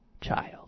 child